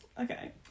okay